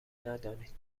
ندانید